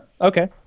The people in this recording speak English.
okay